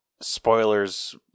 Spoilers